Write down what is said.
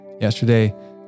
Yesterday